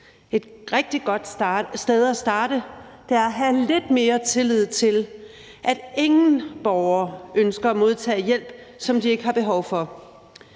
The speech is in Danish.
Et rigtig godt sted at starte er at have lidt mere tillid til, at ingen borgere ønsker at modtage hjælp, som de ikke har behov for.